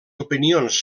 opinions